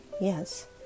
yes